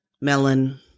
melon